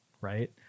Right